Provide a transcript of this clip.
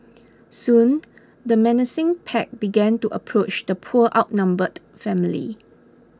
soon the menacing pack began to approach the poor outnumbered family